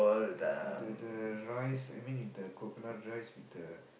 uh the the the rice I mean the coconut rice with the